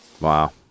Wow